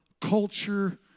culture